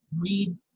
read